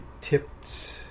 tipped